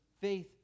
faith